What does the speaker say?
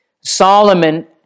Solomon